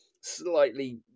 slightly